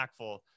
impactful